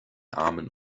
armen